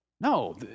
No